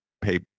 pay